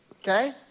okay